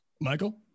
michael